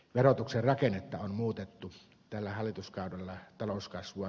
verotuksen rakennetta on muutettu tällä hallituskaudella talouskasvua